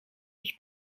ich